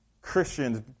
Christians